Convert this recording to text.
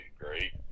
great